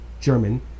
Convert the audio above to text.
German